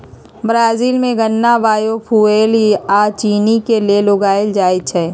Brazil में गन्ना biofuel आ चिन्नी के लेल उगाएल जाई छई